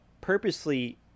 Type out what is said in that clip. purposely